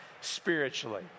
spiritually